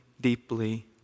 deeply